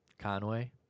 Conway